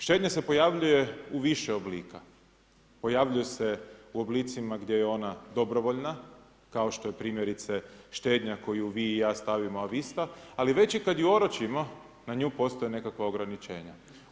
Štednja se pojavljuje u više oblika, pojavljuje se u oblicima gdje je ona dobrovoljna kao što je primjerice štednja koju vi i ja stavimo a vista, ali već kada ju oročimo na nju postoje nekakva ograničenja.